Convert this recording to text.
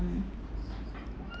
mm